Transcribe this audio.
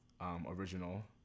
original